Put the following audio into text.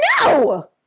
no